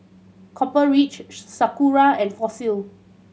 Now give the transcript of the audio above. Copper Ridge Sakura and Fossil